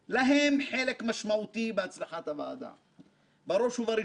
שהיה הרוח החיה מאחורי ועדת החקירה בשלביה הראשונים.